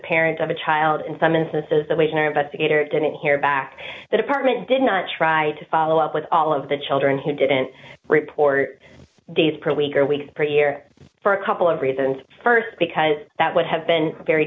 parent of a child in some instances the wage an investigator didn't hear back the department did not try to follow up with all of the children who didn't report days per week or weeks per year for a couple of reasons st because that would have been very